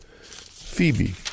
Phoebe